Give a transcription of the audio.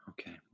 Okay